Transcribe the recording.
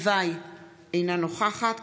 אינו נוכח אורנה ברביבאי,